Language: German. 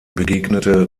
begegnete